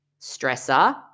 stressor